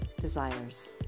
desires